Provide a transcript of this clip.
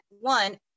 one